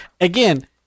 Again